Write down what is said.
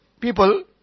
people